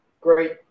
great